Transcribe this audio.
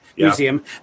museum